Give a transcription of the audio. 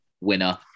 winner